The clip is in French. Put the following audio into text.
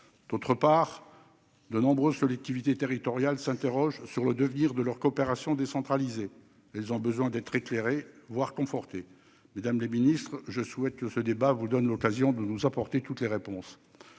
D'autre part, de nombreuses collectivités territoriales s'interrogent sur le futur de leur coopération décentralisée. Elles ont besoin d'être éclairées, voire confortées. Mesdames les ministres, je souhaite que ce débat vous donne l'occasion de nous apporter toutes les réponses